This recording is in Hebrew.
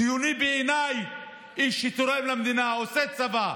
ציוני בעיניי זה מי שתורם למדינה, עושה צבא,